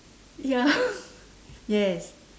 ya yes